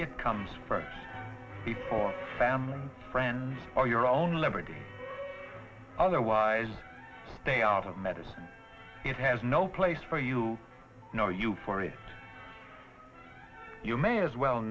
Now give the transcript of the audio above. it comes first before family friends or your own liberty otherwise stay out of medicine it has no place for you know you for it you may as well